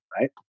right